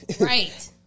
Right